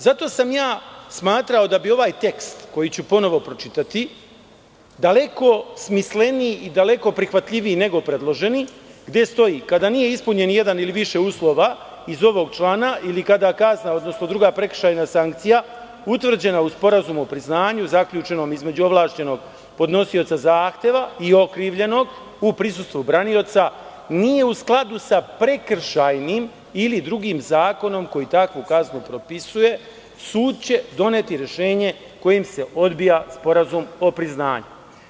Zato sam smatrao da bi ovaj tekst, koji ću ponovo pročitati, daleko smisleniji i daleko prihvatljiviji nego predloženi, gde stoji – kada nije ispunjen jedan ili više uslova iz ovog člana, ili kada kazna, odnosno druga prekršajna sankcija, utvrđena u sporazumu o priznanju zaključenom između ovlašćenog podnosioca zahteva i okrivljenog u prisustvu branioca, nije u skladu sa prekršajnim ili drugim zakonom koji takvu kaznu propisuje, sud će doneti rešenje kojim se odbija sporazum o priznanju.